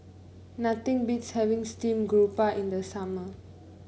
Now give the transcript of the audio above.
nothing beats having Steamed Garoupa in the summer